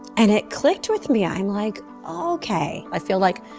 and it clicked with me i'm like oh okay i feel like.